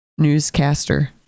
newscaster